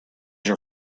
your